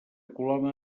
coloma